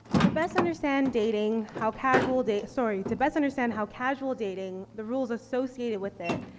to best understand dating, how casual da sorry, to best understand how casual dating, the rules associated with it,